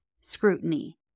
scrutiny